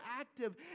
active